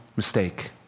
mistake